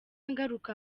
ngaruka